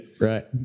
right